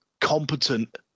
competent